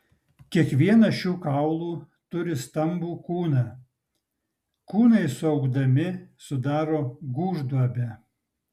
kiekvienas šių kaulų turi stambų kūną kūnai suaugdami sudaro gūžduobę